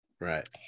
Right